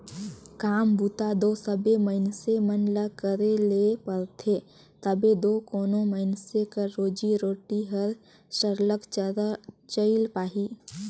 काम बूता दो सबे मइनसे मन ल करे ले परथे तबे दो कोनो मइनसे कर रोजी रोटी हर सरलग चइल पाही